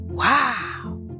Wow